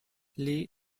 lee